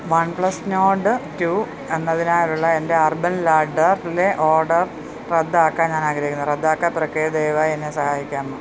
one plus Nord two എന്നതിനായുള്ള എൻ്റെ Urban ലാഡ്ഡർലെ ഓർഡർ റദ്ദാക്കാൻ ഞാൻ ആഗ്രഹിക്കുന്നു റദ്ദാക്കൽ പ്രക്രിയയിൽ ദയവായി എന്നെ സഹായിക്കാമോ